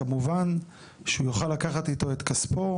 כמובן שהוא יוכל לקחת איתו את כספו,